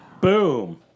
Boom